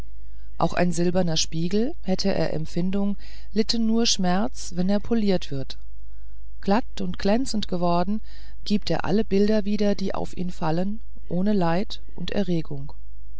auch ein silberner spiegel hätte er empfindung litte nur schmerzen wenn er poliert wird glatt und glänzend geworden gibt er alle bilder wieder die auf ihn fallen ohne leid und erregung